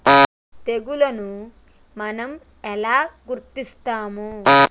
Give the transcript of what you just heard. తెగులుని మనం ఎలా గుర్తిస్తాము?